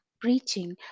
preaching